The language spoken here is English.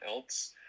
else